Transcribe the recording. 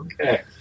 Okay